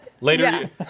Later